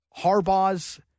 Harbaugh's